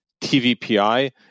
TVPI